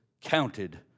counted